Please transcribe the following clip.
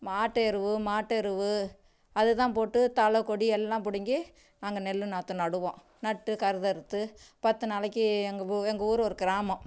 மாட்டு எருவு மாட்டு எருவு அது தான் போட்டு தழைக்கொடி எல்லாம் பிடிங்கி நாங்கள் நெல் நாற்று நடுவோம் நட்டு கருது அறுத்து பத்து நாளைக்கு எங்கள் ஊ எங்கள் ஊர் ஒரு கிராமம்